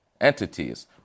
entities